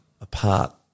apart